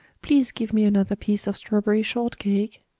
please give me another piece of strawberry shortcake.